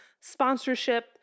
sponsorship